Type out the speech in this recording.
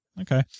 Okay